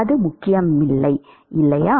அது முக்கியமில்லை இல்லையா